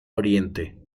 oriente